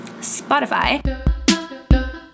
Spotify